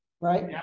Right